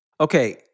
Okay